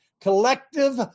collective